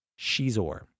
Shizor